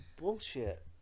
bullshit